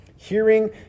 Hearing